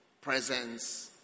presence